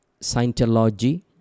Scientology